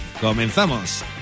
¡Comenzamos